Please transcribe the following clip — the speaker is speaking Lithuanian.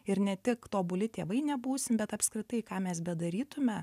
ir ne tik tobuli tėvai nebūsim bet apskritai ką mes bedarytume